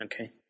Okay